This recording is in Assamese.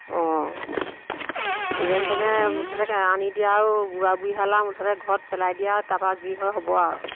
অঁ যেনে তেনে মুঠতে আনি দিয়ে আৰু বুঢ়া বুঢ়ীহাল আৰু মুঠতে ঘৰত পেলাই দিয়া আৰু তাৰপৰা যি হৈ হ'ব আৰু